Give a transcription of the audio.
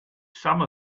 some